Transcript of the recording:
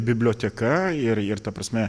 biblioteka ir ir ta prasme